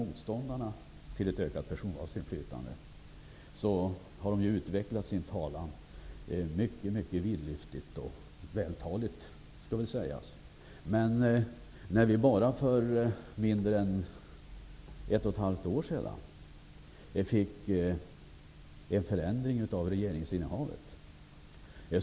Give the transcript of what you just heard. Motståndarna har utvecklat sin talan mycket vidlyftigt och vältaligt. För mindre en ett och ett halvt år sedan fick vi en förändring av regeringsinnehavet.